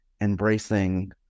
embracing